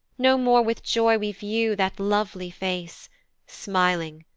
no more with joy we view that lovely face smiling,